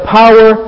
power